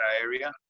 area